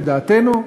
לדעתנו,